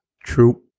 true